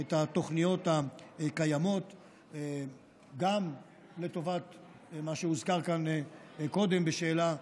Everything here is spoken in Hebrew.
את התוכניות הקיימות גם לטובת מה שהוזכר כאן קודם בשאלה,